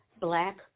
Black